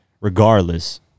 regardless